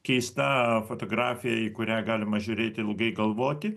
keista fotografija į kurią galima žiūrėt ilgai galvoti